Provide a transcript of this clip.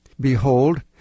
Behold